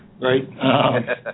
right